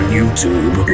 youtube